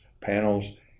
panels